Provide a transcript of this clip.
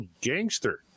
gangster